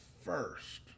first